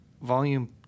Volume